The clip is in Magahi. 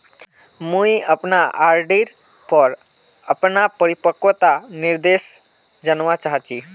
मुई अपना आर.डी पोर अपना परिपक्वता निर्देश जानवा चहची